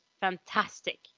fantastic